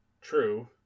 True